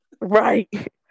right